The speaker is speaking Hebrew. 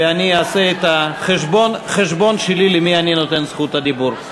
ואני אעשה את החשבון שלי למי אני נותן את זכות הדיבור.